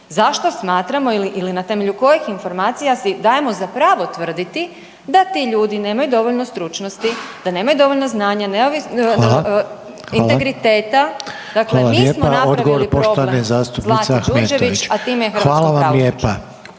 Zašto smatramo ili na temelju kojih informacija si dajemo za pravo tvrditi da ti ljudi nemaju dovoljno stručnosti, da nemaju dovoljno znanja, integriteta. Dakle, mi smo napravili problem Zlati Đurđević, a time